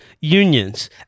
unions